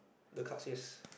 the card is